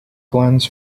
glens